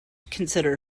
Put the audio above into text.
consider